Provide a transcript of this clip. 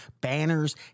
banners